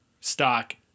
stock